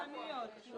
הן תמונות עדכניות.